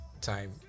time